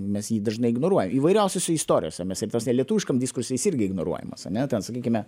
mes jį dažnai ignoruojam įvairiausiose istorijose mes ir ta prasme lietuviškam diskurse is irgi ignoruojamas ten sakykime